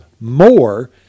more